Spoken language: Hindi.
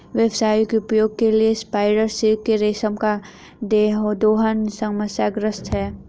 व्यावसायिक उपयोग के लिए स्पाइडर सिल्क के रेशम का दोहन समस्याग्रस्त है